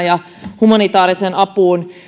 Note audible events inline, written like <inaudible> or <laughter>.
<unintelligible> ja humanitaariseen apuun